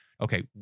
okay